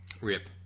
Rip